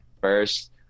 first